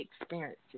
experiences